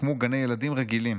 הוקמו גני ילדים רגילים.